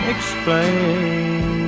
Explain